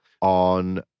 on